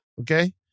okay